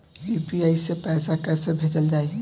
UPI से पैसा कइसे भेजल जाई?